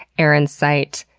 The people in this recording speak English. erin's site,